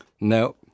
No